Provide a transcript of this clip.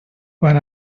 when